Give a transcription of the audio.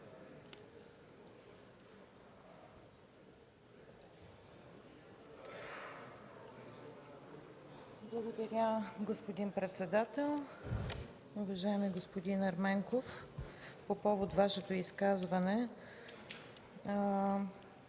Благодаря, господин председател. Уважаеми господин Ерменков, по повод изказването